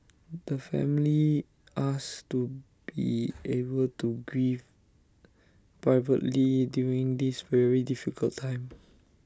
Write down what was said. the family asks to be able to grieve privately during this very difficult time